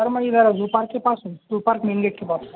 سر میں ادھر zoo park کے پاس ہوں زو پارک مین گیٹ کے پاس